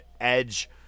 Edge